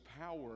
power